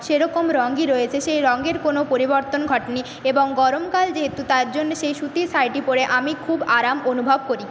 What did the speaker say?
সেরকম রংই রয়েছে সেই রংয়ের কোনো পরিবর্তন ঘটেনি এবং গরমকাল যেহেতু তার জন্যে সেই সুতির শাড়িটি পরে আমি খুব আরাম অনুভব করি